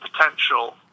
potential